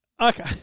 Okay